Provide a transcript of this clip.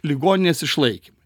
ligoninės išlaikym